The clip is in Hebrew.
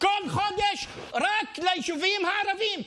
רק ליישובים הערביים.